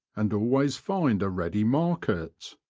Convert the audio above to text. and always find a ready market.